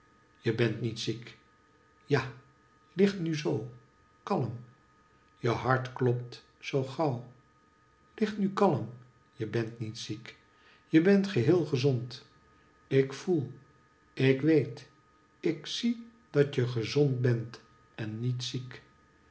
je bent niet ziek ja hg nu zoo kalm je hart klopt zoo gauw lig nu kalm je bent niet ziek je bent geheel gezond ik voel ik weet ik zie dat je gezond bent en niet ziek